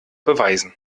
beweisen